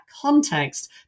context